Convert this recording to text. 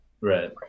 Right